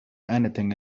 anything